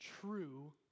true